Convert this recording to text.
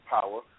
power